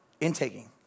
intaking